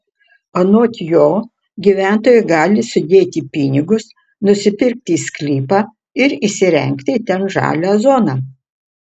anot jo gyventojai gali sudėti pinigus nusipirkti sklypą ir įsirengti ten žalią zoną